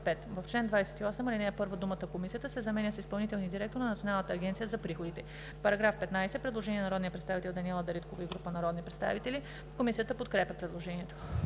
В чл. 28, ал. 1 думата „Комисията“ се заменя с „изпълнителния директор на Националната агенция за приходите“.“ Предложение на народния представител Даниела Дариткова и група народни представители: Комисията подкрепя предложението.